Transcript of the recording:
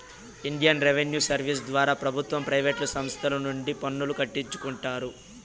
Indian revenue service ద్వారా ప్రభుత్వ private సంస్తల నుండి పన్నులు కట్టించుకుంటారు